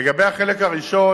לגבי החלק הראשון,